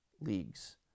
leagues